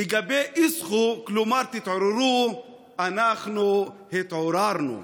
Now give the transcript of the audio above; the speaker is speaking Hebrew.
לגבי אצחוה, כלומר "תתעוררו" אנחנו התעוררנו.